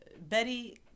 Betty